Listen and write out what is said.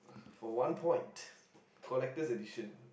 for one point collector's edition